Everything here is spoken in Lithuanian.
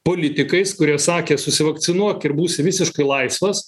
politikais kurie sakė susivakcinuok ir būsi visiškai laisvas